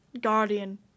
Guardian